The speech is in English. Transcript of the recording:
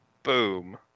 Boom